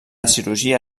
cirurgia